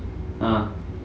ah